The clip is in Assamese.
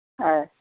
অঁ